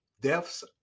deaths